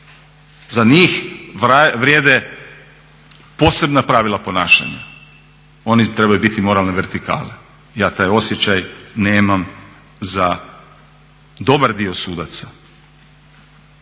za njih vrijede posebna pravila ponašanja. Oni trebaju biti moralne vertikale, ja taj osjećaj nemam za dobar dio sudaca.